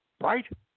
Right